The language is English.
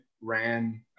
ran